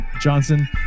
johnson